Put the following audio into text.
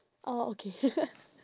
oh okay